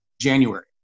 January